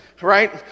right